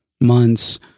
months